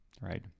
right